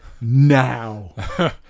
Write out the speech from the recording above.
now